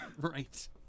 Right